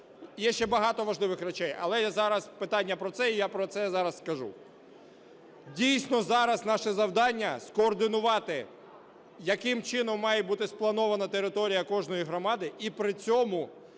є ще багато важливих речей. Але зараз питання про це, і я про це зараз скажу. Дійсно, зараз наше завдання – скоординувати, яким чином має бути спланована територія кожної громади і при цьому